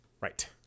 Right